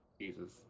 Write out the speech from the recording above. Jesus